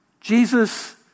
Jesus